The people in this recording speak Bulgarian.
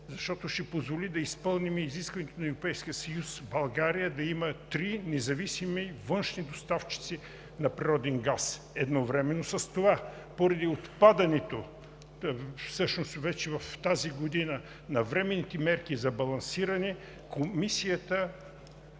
защото ще позволи да изпълним изискването на Европейския съюз България да има три независими външни доставчици на природен газ. Едновременно с това, поради отпадането – всъщност, вече в тази година, навременните мерки за балансиране, Комисията